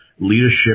Leadership